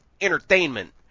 entertainment